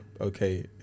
okay